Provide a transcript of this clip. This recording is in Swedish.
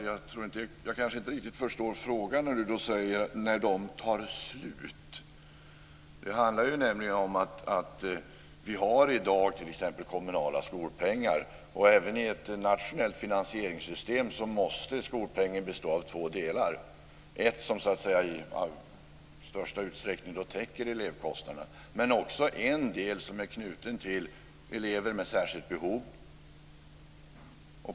Fru talman! Jag förstår inte riktigt frågan vad som händer när pengen tar slut. Vi har i dag t.ex. kommunala skolpengar. Även i ett nationellt finansieringssystem måste skolpengen bestå av två delar: en som i största utsträckning täcker elevkostnaderna och en som är knuten till elever med särskilt behov.